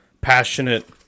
passionate